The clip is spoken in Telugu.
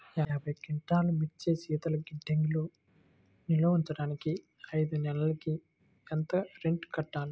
యాభై క్వింటాల్లు మిర్చి శీతల గిడ్డంగిలో నిల్వ ఉంచటానికి ఐదు నెలలకి ఎంత రెంట్ కట్టాలి?